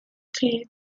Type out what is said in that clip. cleared